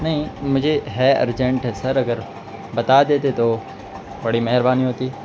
نہیں مجھے ہے ارجنٹ ہے سر اگر بتا دیتے تو بڑی مہربانی ہوتی